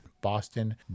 Boston